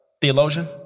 theologian